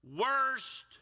worst